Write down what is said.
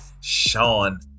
Sean